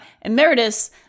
emeritus